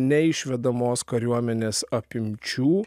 nei išvedamos kariuomenės apimčių